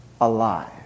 alive